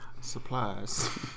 Supplies